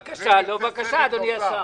בבקשה, אדוני השר.